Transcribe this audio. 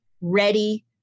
ready